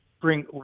bring